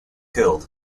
killed